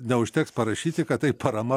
neužteks parašyti kad tai parama